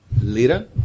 Lira